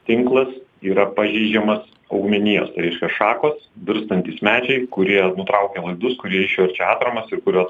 tinklas yra pažeidžiamas augmenijos tai reiškia šakos virstantys medžiai kurie nutraukia laidus kurie išverčia atramas ir kurio